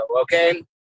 okay